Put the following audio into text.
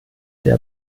der